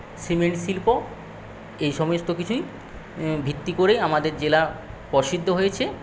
cement শিল্প এই সমস্ত কিছুই ভিত্তি করে আমাদের জেলা প্রসিদ্ধ হয়েছে